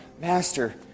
Master